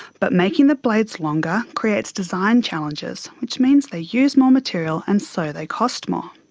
but making the blades longer creates design challenges, which means they use more material and so they cost more.